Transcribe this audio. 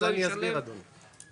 אני אסביר, אדוני.